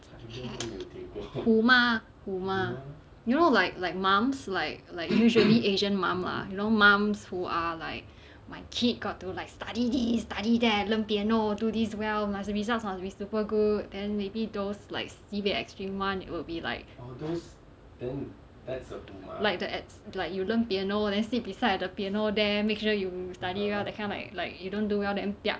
虎妈虎妈 you know like like mums like like usually asian mum lah you know mums who are like my kid got to like study this study that learn piano do this well must results must be super good then maybe those like sibei extreme [one] will be like like the as~ like you learn piano then sit beside the piano there make sure you study well that kind like like you don't do well then piak